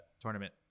tournament